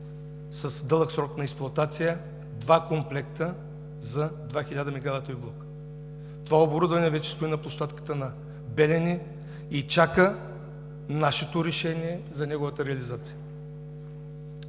с дълъг срок на експлоатация два комплекта за два хиляда мегаватови блока. Това оборудване вече стои на площадката на „Белене“ и чака нашето решение за неговата реализация.